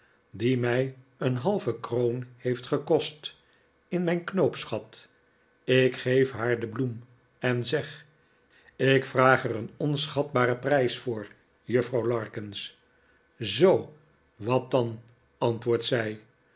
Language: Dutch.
die mij een halve kroon heeft gekost in mijn knoopsgat ik geef haar de bloem en zeg ik vraag er een onschatbaren prijs voor juffrouw larkins zoo wat dan antwoordt zij